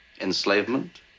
enslavement